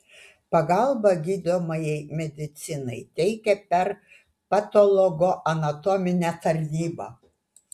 pagalbą gydomajai medicinai teikia per patologoanatominę tarnybą